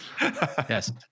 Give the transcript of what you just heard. Yes